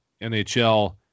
NHL